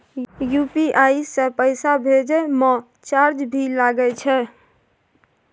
UPI से पैसा भेजै म चार्ज भी लागे छै?